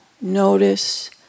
notice